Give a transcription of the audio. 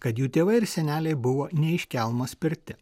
kad jų tėvai ir seneliai buvo ne iš kelmo spirti